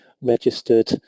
registered